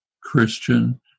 Christian